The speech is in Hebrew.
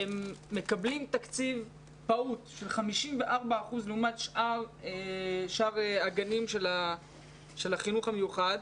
הם מקבלים תקציב פעוט של 54% לעומת שאר הגנים של החינוך המיוחד.